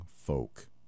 Folk